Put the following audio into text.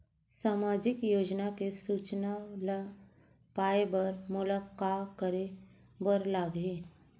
सामाजिक योजना के सूचना ल पाए बर मोला का करे बर लागही?